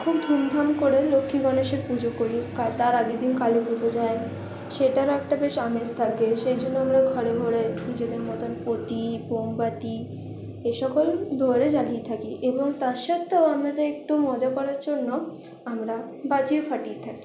খুব ধুমধাম করে লক্ষ্মী গণেশের পুজো করি তার আগের দিন কালীপুজো যায় সেটারও একটা বেশ আমেজ থাকে সেই জন্য আমরা ঘরে ঘরে নিজেদের মতো প্রদীপ মোমবাতি এ সকল দুয়ারে জ্বালিয়ে থাকি এবং তার সত্ত্বেও আমরা একটু মজা করার জন্য আমরা বাজি ফাটিয়ে থাকি